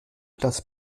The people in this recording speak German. das